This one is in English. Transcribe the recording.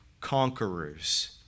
conquerors